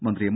മന്ത്രി എം